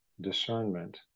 discernment